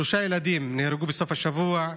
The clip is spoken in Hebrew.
שלושה ילדים נהרגו בסוף השבוע: